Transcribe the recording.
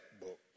book